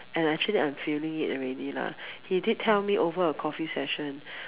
and actually I'm feeling already lah he did tell me over a coffee session